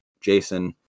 Jason